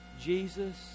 Jesus